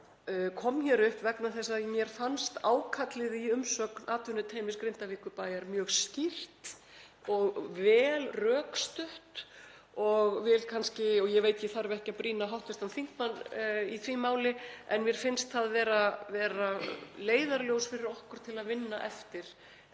kom upp vegna þess að mér fannst ákallið í umsögn atvinnuteymis Grindavíkurbæjar mjög skýrt og vel rökstutt og ég vil kannski — ég veit að ég þarf ekki að brýna hv. þingmann í því máli en mér finnst það vera leiðarljós fyrir okkur til að vinna eftir